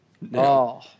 No